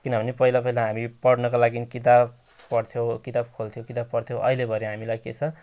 किनभने पहिला पहिला हामी पढ्नको लागि किताब पढ्थ्यौँ किताब खोल्थ्यौँ किताब पढ्थ्यौँ अहिले भरे हामीलाई के छ